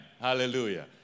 Hallelujah